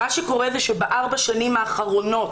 מה שקורה זה שבארבע השנים האחרונות